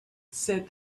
said